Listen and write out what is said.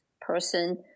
person